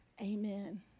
Amen